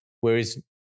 Whereas